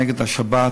נגד השבת,